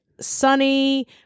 sunny